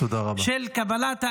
של קבלת האחר.